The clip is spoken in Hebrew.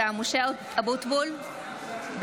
(קוראת בשמות חברי הכנסת) משה אבוטבול, בעד